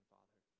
Father